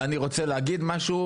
אני רוצה להגיד משהו,